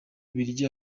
bubiligi